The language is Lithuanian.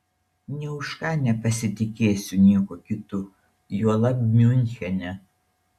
nė už ką nepasitikėsiu niekuo kitu juolab miunchene